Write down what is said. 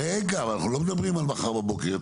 רגע, רגע, אנחנו לא מדברים על מחר בבוקר.